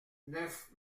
neuf